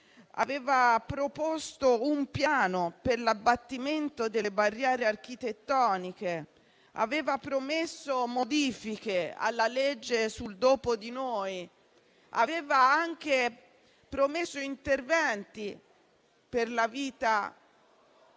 Aveva proposto un piano per l'abbattimento delle barriere architettoniche e aveva promesso modifiche alla legge sul dopo di noi. Aveva anche promesso interventi per la vita autonoma